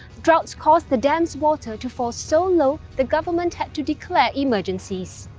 droughts caused the dam's water to fall so low, the government had to declare emergencies.